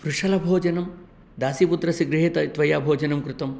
वृषलभोजनं दासीपुत्रस्य गृहे त त्वया भोजनं कृतं